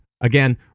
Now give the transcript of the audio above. Again